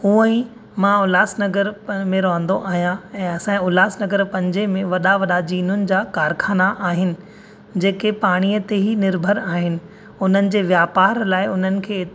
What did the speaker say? ऊअं ई मां उल्हास नगर में रहंदो आहिया ऐं असांजे उल्हास नगर पंजे में वॾा वॾा जीननि जा कारखाना आहिनि जेके पाणीअ ते ई निर्भर आहिनि हुननि जे व्यापार लाइ हुननि खे